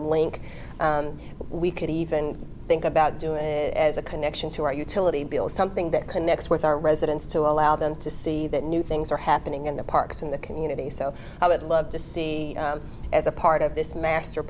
link we could even think about doing it as a connection to our utility bill something that connects with our residents to allow them to see that new things are happening in the parks in the community so i would love to see as a part of this master